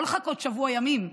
לא לחכות שבוע ימים.